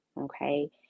okay